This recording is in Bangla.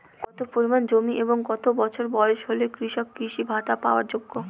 কত পরিমাণ জমি এবং কত বছর বয়স হলে কৃষক কৃষি ভাতা পাওয়ার যোগ্য?